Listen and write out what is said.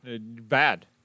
Bad